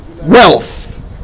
wealth